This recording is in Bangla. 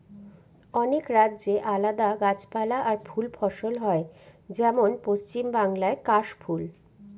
অনেক রাজ্যে আলাদা গাছপালা আর ফুল ফসল হয় যেমন পশ্চিম বাংলায় কাশ ফুল